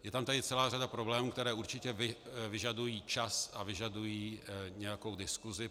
Je tam tedy celá řada problémů, které určitě vyžadují čas a vyžadují nějakou diskusi.